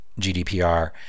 GDPR